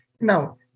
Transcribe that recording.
Now